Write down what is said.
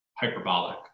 hyperbolic